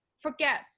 forget